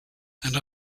and